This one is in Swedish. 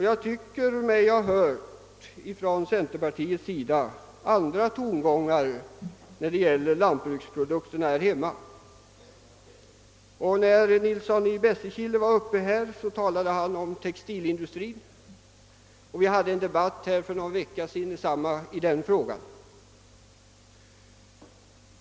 Jag tycker mig ha hört andra tongångar från centerpartiets sida vad beträffar lantbruksprodukterna här hemma. Herr Nilsson i Bästekille talade i sitt anförande om textilindustrin, och för någon vecka sedan hade vi en debatt härom.